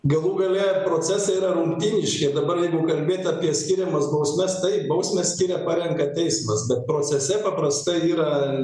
galų gale procesai yra rumtiniški ir dabar jeigu kalbėt apie skiriamas bausmes taip bausmę skiria parenka teismas bet procese paprastai yra